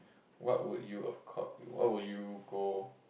what would you have caught what would you go